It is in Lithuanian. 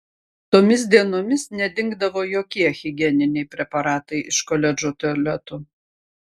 tomis dienomis nedingdavo jokie higieniniai preparatai iš koledžo tualetų